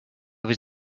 was